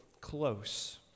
close